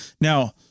Now